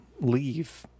leave